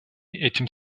этим